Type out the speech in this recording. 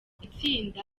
itsinda